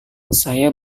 saya